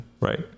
Right